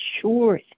sure